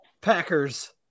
Packers